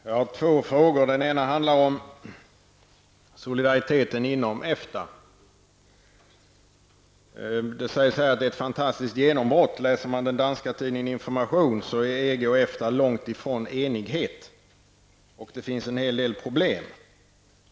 Herr talman! Jag har två frågor. Den ena handlar om solidariteten inom EFTA. Det sägs här att det är ett fantasiskt genombrott. Enligt den danska tidningen Information är EG och EFTA långt från enighet, och det finns en hel del problem.